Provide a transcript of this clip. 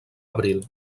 abril